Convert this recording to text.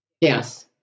Yes